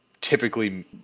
typically